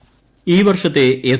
C ഈ വർഷത്തെ S